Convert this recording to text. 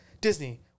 Disney